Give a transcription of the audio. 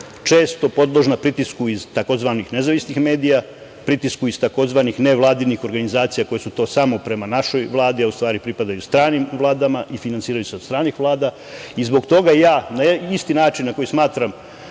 često podložna pritisku iz tzv. nezavisnih medija, pritisku iz tzv. nevladinih organizacija koje su to prema samo našoj Vladi, a u stvari pripadaju stranim vladama i finansiraju se od stranih vlada i zbog toga ja na isti način na koji smatram